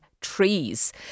trees